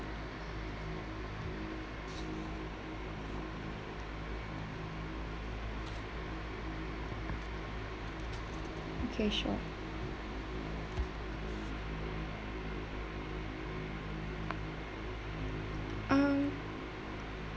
okay sure um